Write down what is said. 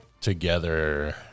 Together